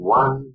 one